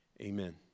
Amen